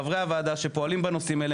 חברי הוועדה שפועלים בנושאים האלה,